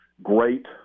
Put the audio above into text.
Great